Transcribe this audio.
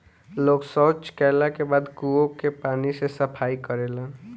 लोग सॉच कैला के बाद कुओं के पानी से सफाई करेलन